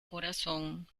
corazón